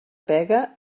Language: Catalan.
pega